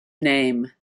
name